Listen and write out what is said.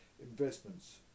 Investments